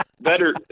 better